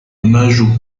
hommage